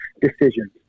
decisions